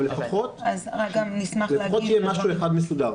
אבל לפחות שיהיה משהו אחד מסודר.